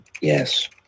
Yes